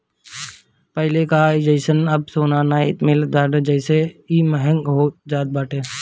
पहिले कअ जइसन अब सोना नाइ मिलत बाटे जेसे इ महंग होखल जात बाटे